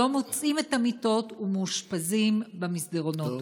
לא מוצאים את המיטות, והם מאושפזים במסדרונות.